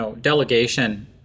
delegation